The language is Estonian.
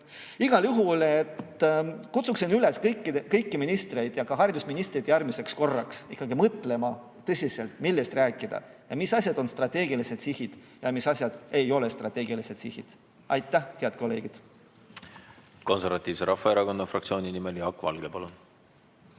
Igal juhul kutsun üles kõiki ministreid ja ka haridusministrit järgmiseks korraks mõtlema tõsiselt, millest rääkida, ning mis asjad on strateegilised sihid ja mis asjad ei ole strateegilised sihid. Aitäh, head kolleegid! Konservatiivse Rahvaerakonna fraktsiooni nimel Jaak Valge, palun!